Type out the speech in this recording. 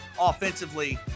offensively